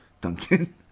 Duncan